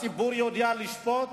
הציבור יודע לשפוט